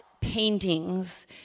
paintings